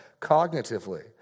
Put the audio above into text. cognitively